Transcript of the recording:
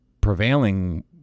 prevailing